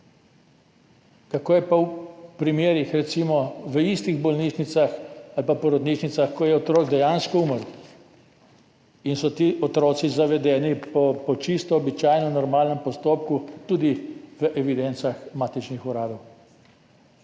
Kako je pa recimo v primerih v istih bolnišnicah ali pa porodnišnicah, ko je otrok dejansko umrl in so ti otroci zavedeni po čisto običajnem, normalnem postopku, tudi v evidencah matičnih uradov?